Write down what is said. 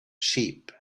sheep